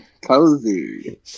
Cozy